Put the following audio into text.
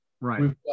Right